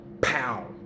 Pow